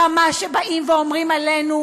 ברמה שבאים ואומרים עלינו: